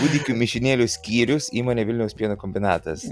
kūdikių mišinėlių skyrius įmonė vilniaus pieno kombinatas